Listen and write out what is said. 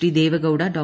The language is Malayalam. ഡി ദേവഗൌഡ ഡോ